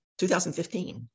2015